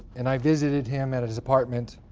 and i visited him at at his apartment.